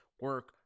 Work